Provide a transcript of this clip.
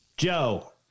Joe